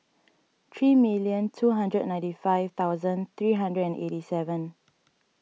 three million two hundred ninety five thousand three hundred and eighty seven